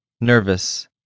Nervous